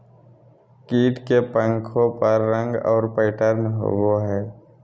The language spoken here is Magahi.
कीट के पंखों पर रंग और पैटर्न होबो हइ